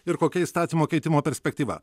ir kokia įstatymo keitimo perspektyva